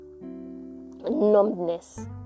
numbness